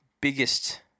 biggest